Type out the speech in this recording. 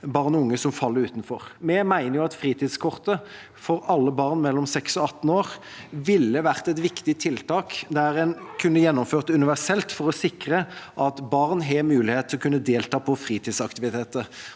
barn og unge som faller utenfor. Vi mener at fritidskortet for alle barn mellom 6 og 18 år ville vært et viktig tiltak, noe en kunne gjennomført universelt for å sikre at barn har mulighet til å kunne delta på fritidsaktiviteter.